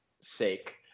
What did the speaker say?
sake